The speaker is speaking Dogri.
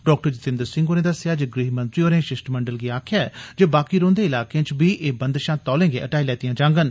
डॉ जितेन्द्र सिंह होरे दस्सेआ जे गृहमंत्री होरे शिष्टमंडल गी आक्खेआ ऐ जे बाकी रौंह्दे इलाकें च बी एह् बंधशां तौले गै हटाई लैतियां जांगन